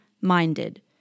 minded